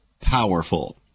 powerful